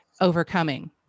overcoming